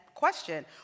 question